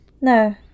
No